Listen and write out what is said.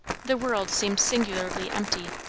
the world seemed singularly empty.